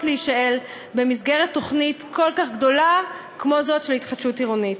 להישאל במסגרת תוכנית כל כך גדולה כמו זאת של התחדשות עירונית?